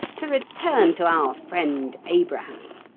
to return to our friend abraham,